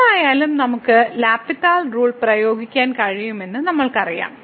രണ്ടായാലും നമുക്ക് L hospital rule പ്രയോഗിക്കാൻ കഴിയുമെന്ന് നമ്മൾക്കറിയാം